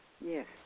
Yes